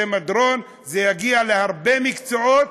זה מדרון, זה יגיע להרבה מקצועות,